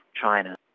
China